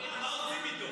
מה עושים איתו?